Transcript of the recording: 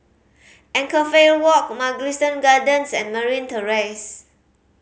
Anchorvale Walk Mugliston Gardens and Merryn Terrace